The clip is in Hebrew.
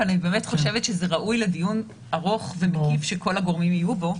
אני באמת חושבת שזה ראוי לדיון ארוך ומקיף שכל הגורמים יהיו בו.